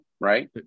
right